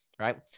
right